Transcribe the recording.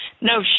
No